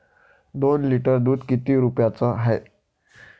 दोन लिटर दुध किती रुप्याचं हाये?